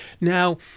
Now